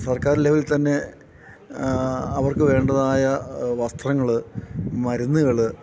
സർക്കാർ ലെവലില്ത്തന്നെ അവർക്കു വേണ്ടതായ വസ്ത്രങ്ങള് മരുന്നുകള്